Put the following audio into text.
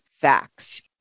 Facts